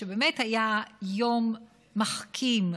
שבאמת היה יום מחכים,